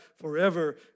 forever